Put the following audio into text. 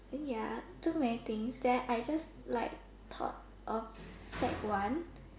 ya too many things then I just like thought of sec one